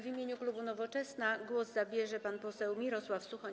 W imieniu klubu Nowoczesna głos zabierze pan poseł Mirosław Suchoń.